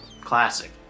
Classic